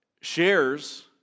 shares